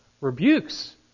rebukes